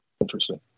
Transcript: Interesting